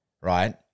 right